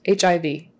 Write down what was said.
HIV